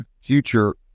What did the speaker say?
future